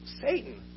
Satan